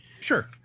Sure